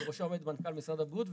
שבראשה עומד מנכ"ל משרד הבריאות,